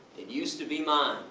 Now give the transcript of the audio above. it used to be mine.